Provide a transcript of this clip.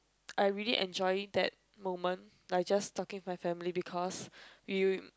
I really enjoy that moment like just talking with my family because you